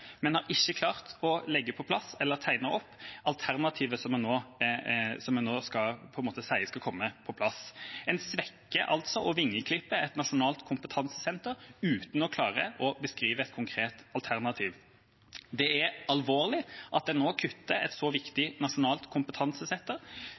men har ikke klart å legge på plass eller tegne opp alternativet som en nå sier skal komme på plass. En svekker og vingeklipper altså et nasjonalt kompetansesenter uten å klare å beskrive et konkret alternativ. Det er alvorlig at en nå kutter for et så viktig